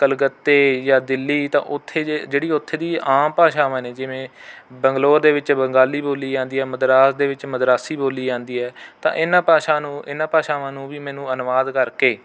ਕਲਕੱਤੇ ਜਾਂ ਦਿੱਲੀ ਤਾਂ ਉੱਥੇ ਜੇ ਜਿਹੜੀ ਉੱਥੇ ਦੀ ਆਮ ਭਾਸ਼ਾਵਾਂ ਨੇ ਜਿਵੇਂ ਬੰਗਲੌਰ ਦੇ ਵਿੱਚ ਬੰਗਾਲੀ ਬੋਲੀ ਜਾਂਦੀ ਹੈ ਮਦਰਾਸ ਦੇ ਵਿੱਚ ਮਦਰਾਸੀ ਬੋਲੀ ਜਾਂਦੀ ਹੈ ਤਾਂ ਇਨ੍ਹਾਂ ਭਾਸ਼ਾ ਨੂੰ ਇਨ੍ਹਾਂ ਭਾਸ਼ਾਵਾਂ ਨੂੰ ਵੀ ਮੈਨੂੰ ਅਨੁਵਾਦ ਕਰਕੇ